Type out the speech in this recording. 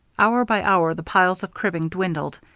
hour by hour the piles of cribbing dwindled,